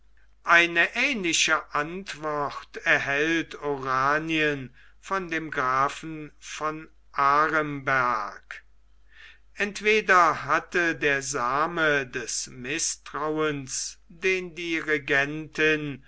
eine ähnliche antwort erhält oranien von dem grafen von aremberg entweder hatte der same des mißtrauens den